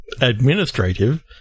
Administrative